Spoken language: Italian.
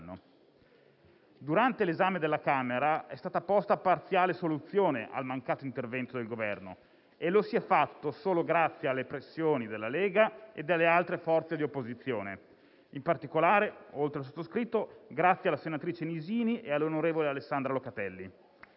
Durante l'esame della Camera è stata posta parziale soluzione al mancato intervento del Governo, e lo si è fatto solo grazie alle pressioni della Lega e delle altre forze di opposizione; in particolare, oltre al sottoscritto, grazie alla senatrice Nisini e all'onorevole Alessandra Locatelli.